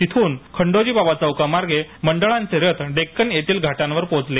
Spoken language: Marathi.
तेथून खंडोजी बाबा चौकमार्गे मंडळांचे रथ डेक्कन येथील घाटांवर पोचले